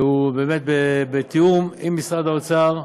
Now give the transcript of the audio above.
באמת בתיאום עם משרד האוצר,